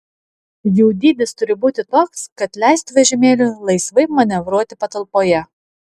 jų dydis turi būti toks kad leistų vežimėliui laisvai manevruoti patalpoje